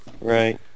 Right